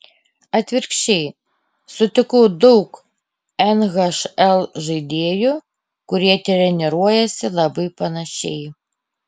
atvirkščiai sutikau daug nhl žaidėjų kurie treniruojasi labai panašiai